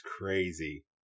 crazy